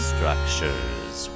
Structures